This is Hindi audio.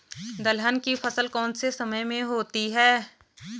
दलहन की फसल कौन से समय में होती है?